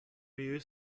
you